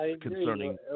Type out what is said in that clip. concerning